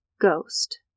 ghost